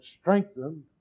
strengthened